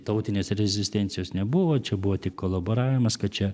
tautinės rezistencijos nebuvo čia buvo tik kolaboravimas kad čia